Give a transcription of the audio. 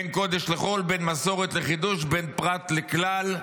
בין קודש לחול, בין מסורת לחידוש, בין פרט לכלל,